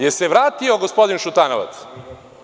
Da li se vratio gospodin Šutanovac?